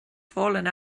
fallen